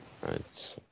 right